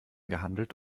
gehandelt